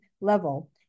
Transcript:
level